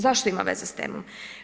Zašto ima veze s temom?